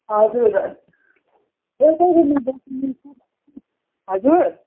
हजुर एउटै रुममा हजुर